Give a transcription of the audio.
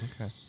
okay